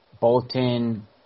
Bolton